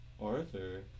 Arthur